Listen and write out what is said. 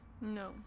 No